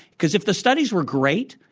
because if the studies were great,